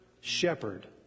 shepherd